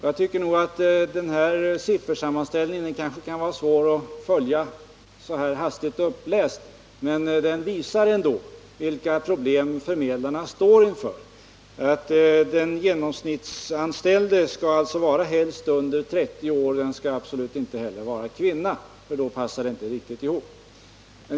73 Denna siffersammanställning kan kanske vara svår att följa när den läses upp så här hastigt, men den visar ändå vilka problem förmedlarna står inför. Den som skall anställas skall alltså helst vara under 30 år, och den skall absolut inte vara kvinna — då passar det inte riktigt ihop.